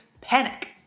panic